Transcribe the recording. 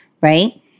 right